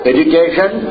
Education